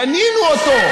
קנינו אותו.